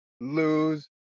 lose